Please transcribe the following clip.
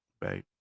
Babe